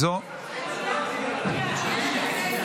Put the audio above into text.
ועדת הקליטה.